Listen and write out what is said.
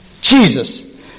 Jesus